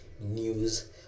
news